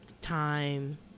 time